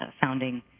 founding